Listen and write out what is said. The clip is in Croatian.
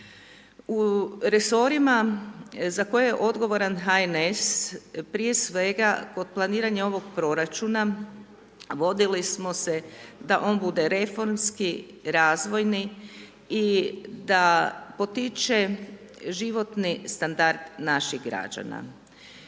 U resorima, za koje je odgovoran HNS prije svega kod planiranja ovog proračuna, vodili smo se da on bude reformski, razvojni i da potiče životni standard naših građana.